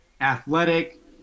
athletic